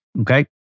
okay